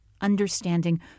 understanding